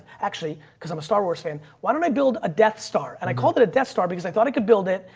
actually, because i'm a star wars fan. why don't i build a death star and i called it a death star because i thought i could build it.